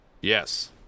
Yes